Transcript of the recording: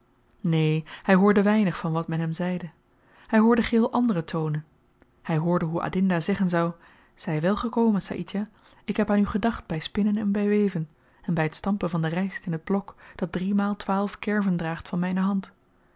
neen hy hoorde weinig van wat men hem zeide hy hoorde geheel andere tonen hy hoorde hoe adinda zeggen zou zy wèl gekomen saïdjah ik heb aan u gedacht by spinnen en by weven en by t stampen van de ryst in het blok dat driemaal twaalf kerven draagt van myne hand